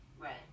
Right